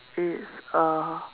it's uh